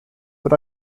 but